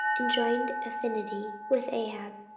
and joined affinity with ahab.